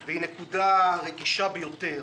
בארץ והיא נקודה רגישה ביותר